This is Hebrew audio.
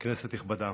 כנסת נכבדה,